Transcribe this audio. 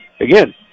again